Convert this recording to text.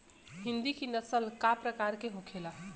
हिंदी की नस्ल का प्रकार के होखे ला?